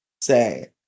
say